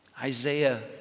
Isaiah